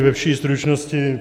Ve vší stručnosti.